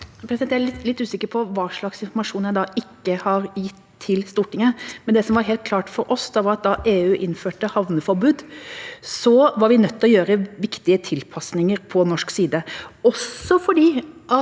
Jeg er litt usikker på hva slags informasjon jeg da ikke har gitt til Stortinget. Det som var helt klart for oss, var at da EU innførte havneforbud, var vi nødt til å gjøre viktige tilpasninger på norsk side,